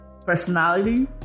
personality